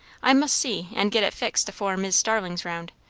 i must see and get it fixed afore mis' starlin's round,